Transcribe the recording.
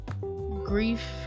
grief